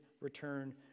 return